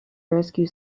rescue